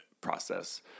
process